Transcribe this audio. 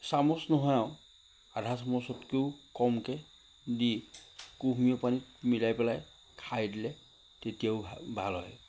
এচামুচ নহয় আৰু আধা চামুচতকৈও কমকৈ দি কুহুমীয়া পানীত মিলাই পেলাই খাই দিলে তেতিয়াও ভা ভাল হয়